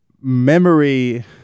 memory